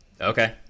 Okay